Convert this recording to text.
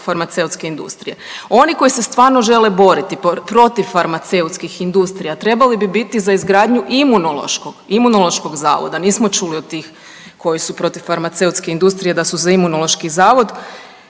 farmaceutske industrije. Oni koji se stvarno žele boriti protiv farmaceutskih industrija trebali bi biti za izgradnju imunološkog, Imunološkog zavoda, nismo čuli od tih koji su protiv farmaceutske industrije da su za Imunološki zavod